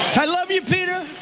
i love you, peter.